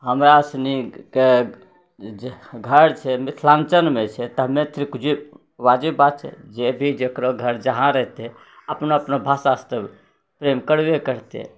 हमरासनीके जे घर छै मिथिलाञ्चलमे छै तऽ हमे जे छै वाजिब बात छै जे भी जकरा घर जहाँ रहतै अपना अपना भाषासँ तऽ प्रेम करबे करतै